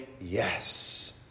Yes